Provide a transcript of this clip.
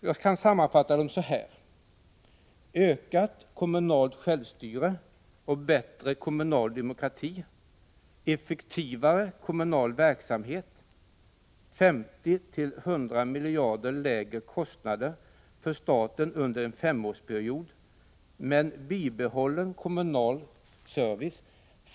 Jag kan sammanfatta dem så här: - 50-100 miljarder lägre kostnader för staten under en femårsperiod, men bibehållen kommunal service.